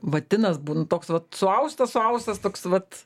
vatinas būna toks vat suaustas suaustas toks vat